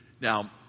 Now